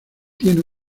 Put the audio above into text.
tiene